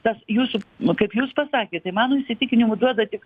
tas jūsų nu kaip jūs pasakėt tai mano įsitikinimu duoda tik